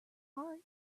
heart